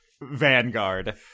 vanguard